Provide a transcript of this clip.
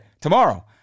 tomorrow